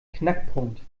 knackpunkt